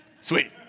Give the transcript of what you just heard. Sweet